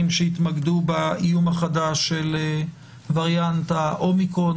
שהתמקדו באיום החדש של וריאנט האומיקרון,